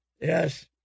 yes